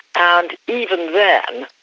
and even then,